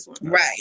Right